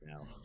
now